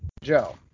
Joe